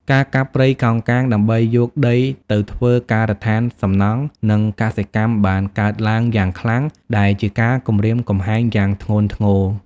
ការកាប់ព្រៃកោងកាងដើម្បីយកដីទៅធ្វើការដ្ឋានសំណង់និងកសិកម្មបានកើតឡើងយ៉ាងខ្លាំងដែលជាការគំរាមកំហែងយ៉ាងធ្ងន់ធ្ងរ។